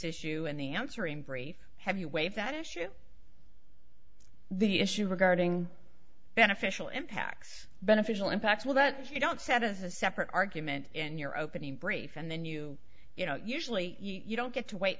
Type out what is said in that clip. issue and the answer in brief have you waive that issue the issue regarding beneficial impacts beneficial impacts will that you don't set as a separate argument in your opening brief and then you you know usually you don't get to wait